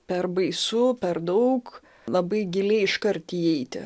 per baisu per daug labai giliai iškart įeiti